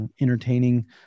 entertaining